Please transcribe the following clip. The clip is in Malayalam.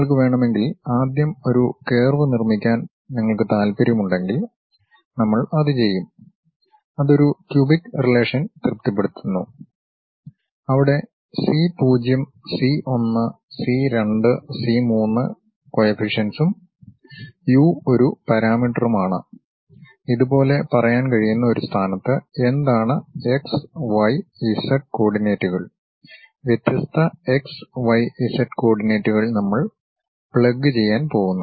നിങ്ങൾക്ക് വേണമെങ്കിൽ ആദ്യം ഒരു കർവ് നിർമ്മിക്കാൻ നിങ്ങൾക്ക് താൽപ്പര്യമുണ്ടെങ്കിൽ നമ്മൾ അത് ചെയ്യും അത് ഒരു ക്യൂബിക് റിലേഷൻ തൃപ്തിപ്പെടുത്തുന്നു അവിടെ സി 0 സി 1 സി 2 സി 3 കോയഫിഷൻസും യു ഒരു പാരാമീറ്ററുമാണ് ഇത് പോലെ പറയാൻ കഴിയുന്ന ഒരു സ്ഥാനത്ത് എന്താണ് എക്സ് വൈ ഇസഡ് കോർഡിനേറ്റുകൾ വ്യത്യസ്ത എക്സ് വൈ ഇസഡ് കോർഡിനേറ്റുകൾ നമ്മൾ പ്ലഗ് ചെയ്യാൻ പോകുന്നു